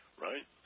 right